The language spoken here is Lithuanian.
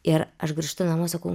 ir aš grįžtu namo sakau